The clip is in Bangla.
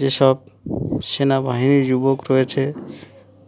যেসব সেনাবাহিনীর যুবক রয়েছে